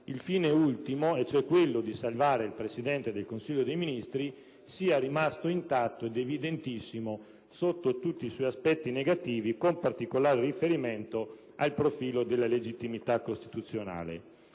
il fine ultimo, cioè quello di salvare il Presidente del Consiglio dei ministri, sia rimasto intatto ed evidentissimo in tutti i suoi aspetti negativi, con particolare riferimento al profilo della legittimità costituzionale.